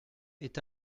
est